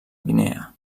guinea